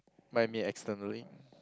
might be externally